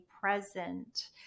present